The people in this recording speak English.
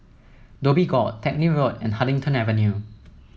Dhoby Ghaut Teck Lim Road and Huddington Avenue